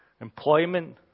employment